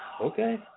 Okay